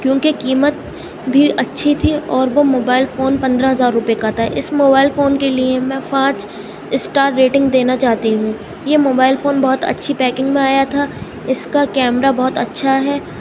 کیوںکہ قیمت بھی اچھی تھی اور وہ موبائل فون پندرہ ہزار روپے کا تھا اس موبائل فون کے لیے میں پانچ اسٹار ریٹنگ دینا چاہتی ہوں یہ موبائل فون بہت اچھی پیکنگ میں آیا تھا اس کا کیمرا بہت اچھا ہے